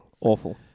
Awful